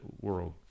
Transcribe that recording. world